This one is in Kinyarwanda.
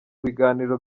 biganiro